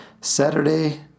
Saturday